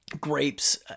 grapes